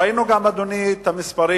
ראינו גם, אדוני, את המספרים.